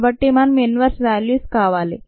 కాబట్టి దానికి inverse values కావాలి